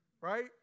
right